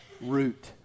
Root